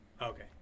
Okay